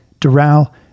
Doral